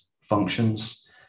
functions